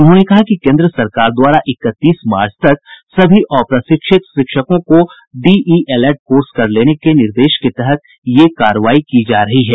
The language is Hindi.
उन्होंने कहा कि केंद्र सरकार द्वारा इकतीस मार्च तक सभी अप्रशिक्षित शिक्षकों को डीईएलएड कोर्स कर लेने के निर्देश के तहत ये कार्रवाई की जा रही है